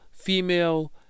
female